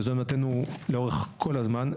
וזו עמדתנו לאורך כל הזמן,